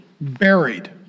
buried